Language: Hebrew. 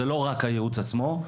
זה לא רק הייעוץ עצמו,